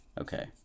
okay